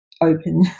open